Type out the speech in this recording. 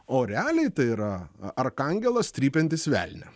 o realiai tai yra arkangelas trypiantis velnią